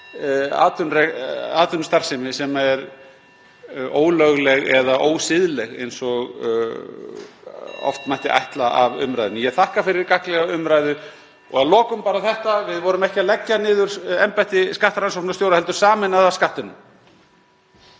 atvinnustarfsemi sem er ólögleg eða ósiðleg, eins og oft mætti ætla af umræðunni. Ég þakka fyrir gagnlega umræðu. Og að lokum bara þetta: Við vorum ekki að leggja niður embætti skattrannsóknarstjóra heldur sameina það Skattinum.